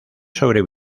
sobre